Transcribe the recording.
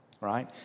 right